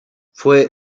fue